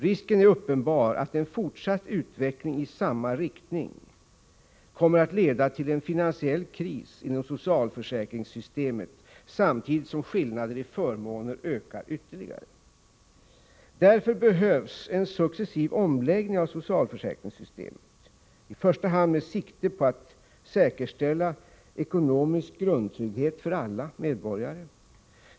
Risken är uppenbar att en fortsatt utveckling i samma riktning kommer att leda till en finansiell kris inom socialförsäkringssystemet, samtidigt som skillnaderna i förmåner ökar ytterligare. Därför behövs en successiv omläggning av socialförsäkringssystemet — i första hand med sikte på att säkerställa ekonomisk grundtrygghet för alla medborgare.